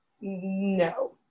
no